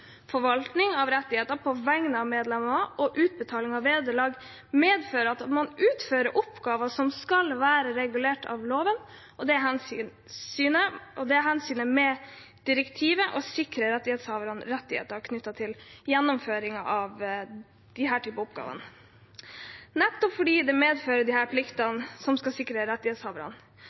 Forvaltning av rettigheter på vegne av medlemmer og utbetaling av vederlag medfører at man utfører oppgaver som skal være regulert av loven. Det er hensikten med direktivet og sikrer deltakerne rettigheter knyttet til gjennomføring av disse typer oppgaver, nettopp fordi det medfører plikter som skal sikre rettighetshaverne.